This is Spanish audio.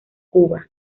cuba